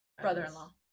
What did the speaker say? brother-in-law